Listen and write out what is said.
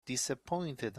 disappointed